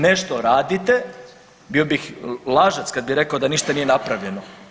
Nešto radite, bio bih lažac kada bih rekao da ništa nije napravljeno.